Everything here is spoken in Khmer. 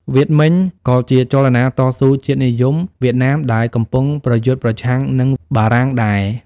វៀតមិញក៏ជាចលនាតស៊ូជាតិនិយមវៀតណាមដែលកំពុងប្រយុទ្ធប្រឆាំងនឹងបារាំងដែរ។